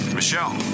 Michelle